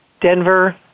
Denver